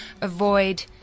avoid